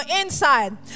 inside